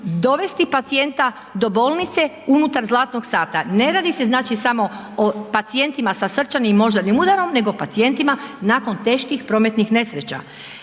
dovesti pacijenta do bolnice unutar zlatnog sata? Ne radi se znači samo o pacijentima sa srčanim i moždanim udarom nego pacijentima nakon teških prometnih nesreća.